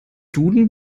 duden